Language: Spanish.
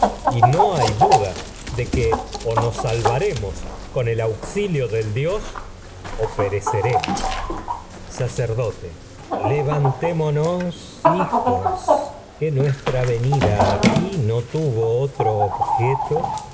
todo con hay duda de que o salvaremos el auxilio del dios pereceremos sacerdote nida levantémonos hijos que nuestra ve nos pro aquí no tuvo otro objeto